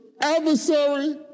adversary